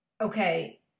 okay